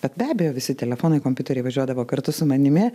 bet be abejo visi telefonai kompiuteriai važiuodavo kartu su manimi